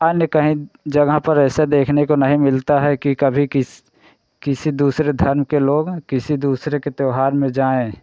अन्य कहीं जगह पर ऐसे देखने को नहीं मिलता है कि कभी किस किसी दूसरे धर्म के लोग किसी दूसरे के त्यौहार में जाए